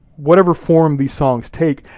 whatever form these songs take,